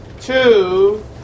two